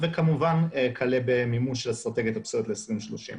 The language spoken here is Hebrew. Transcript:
וכלה במימון של אסטרטגיית הפסולת ל-2030.